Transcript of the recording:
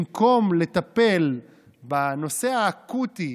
במקום לטפל בנושא האקוטי,